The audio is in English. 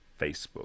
facebook